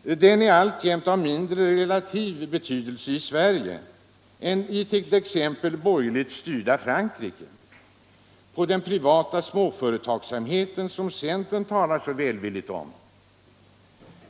Statsindustrin är alltjämt av mindre betydelse i Sverige än den är t.ex. i det borgertigt styrda Frankrike. Skall man lita på den privata småföretagssamheten, som centern talar så välvilligt om?